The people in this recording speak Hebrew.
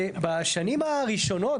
ובשנים הראשונות,